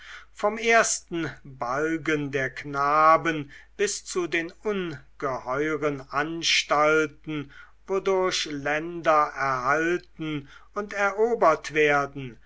vom ersten balgen der knaben bis zu den ungeheuren anstalten wodurch länder erhalten und erobert werden